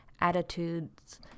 attitudes